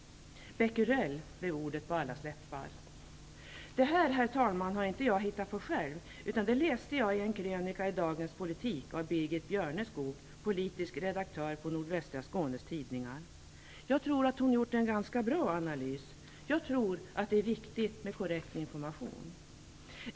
Becquerell blev ordet på allas läppar. Detta, herr talman, har jag inte hittat på själv, utan detta läste jag i en krönika i Dagens Politik av Birgit Tidningar. Jag tror att hon har gjort en ganska bra analys. Jag tror att det är viktigt med korrekt information.